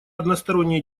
односторонние